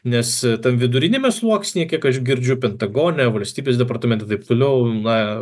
nes tam viduriniame sluoksnyje kiek aš girdžiu pentagone valstybės departamente taip toliau na